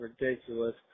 ridiculous